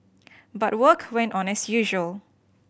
but work went on as usual